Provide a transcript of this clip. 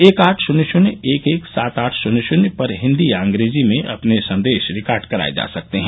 एक आठ शून्य शून्य एक एक सात आठ शून्य शून्य पर हिंदी या अंग्रेजी में अपने संदेश रिकार्ड कराए जा सकते हैं